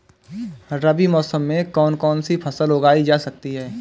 रबी मौसम में कौन कौनसी फसल उगाई जा सकती है?